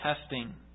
testing